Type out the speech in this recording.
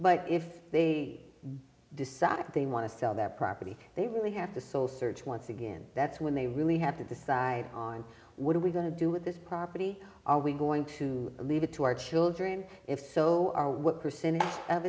but if they decide they want to sell that property they really have to soul search once again that's when they really have to decide on what are we going to do with this property are we going to leave it to our children if so our what percentage of